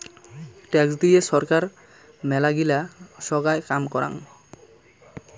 tax দিয়ে ছরকার মেলাগিলা সোগায় কাম করাং